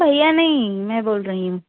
ma'am भैया नहीं मैं बोल रहीं हूँ